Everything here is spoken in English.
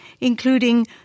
including